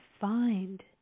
find